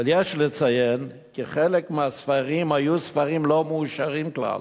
אבל יש לציין כי חלק מהספרים היו ספרים לא מאושרים כלל.